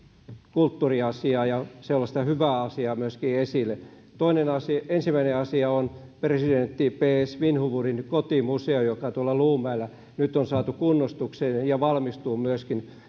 kulttuuriasiaa ja sellaista hyvää asiaa esille ensimmäinen asia on presidentti p e svinhufvudin kotimuseo joka tuolla luumäellä nyt on saatu kunnostukseen ja valmistuu